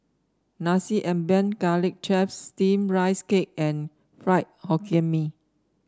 Nasi Ambeng Garlic Chives Steamed Rice Cake and Fried Hokkien Mee